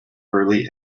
early